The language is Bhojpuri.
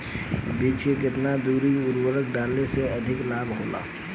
बीज के केतना दूरी पर उर्वरक डाले से अधिक लाभ होला?